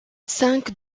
cinq